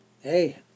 hey